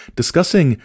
discussing